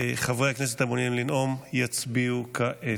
חברי הכנסת המעוניינים לנאום יצביעו כעת.